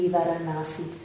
Varanasi